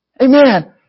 Amen